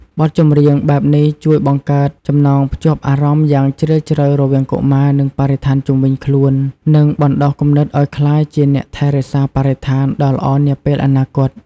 បទចម្រៀងបែបនេះជួយបង្កើតចំណងភ្ជាប់អារម្មណ៍យ៉ាងជ្រាលជ្រៅរវាងកុមារ និងបរិស្ថានជុំវិញខ្លួន និងបណ្ដុះគំនិតឲ្យក្លាយជាអ្នកថែរក្សាបរិស្ថានដ៏ល្អនាពេលអនាគត។